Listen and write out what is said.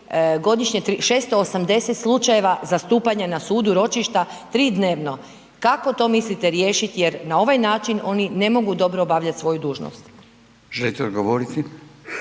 godišnje 680 slučajeva zastupanja na sudu ročišta, 3 dnevno. Kako to mislite riješiti jer na ovaj način oni ne mogu dobro obavljati svoju dužnost. **Radin, Furio